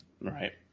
Right